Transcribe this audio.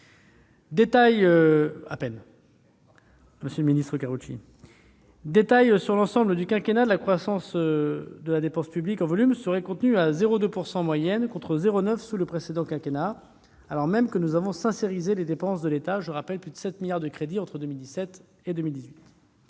détail, sur l'ensemble du quinquennat, la croissance de la dépense publique en volume serait contenue à 0,2 % en moyenne contre 0,9 % sous le précédent quinquennat, alors même que nous avons rendu les dépenses de l'État sincères- plus de 7 milliards d'euros de crédits